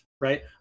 right